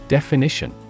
Definition